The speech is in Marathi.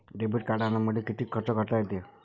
डेबिट कार्डानं मले किती खर्च करता येते?